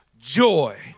joy